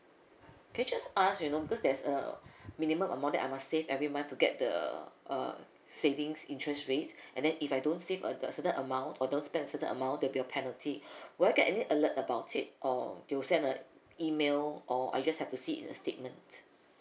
can I just ask you know because there's a minimum amount that I must save every month to get the uh savings interest rates and then if I don't save a the certain amount or don't spend certain amount there will be a penalty will I get any alert about it or do you send a email or I just have to see it in a statement